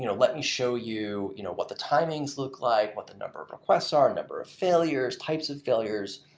you know let me show you you know what the timings look like, what the number of requests are, number of failures, types of failures,